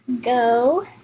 Go